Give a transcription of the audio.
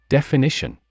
Definition